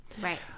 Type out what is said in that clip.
Right